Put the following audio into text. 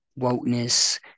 wokeness